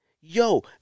Yo